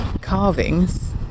carvings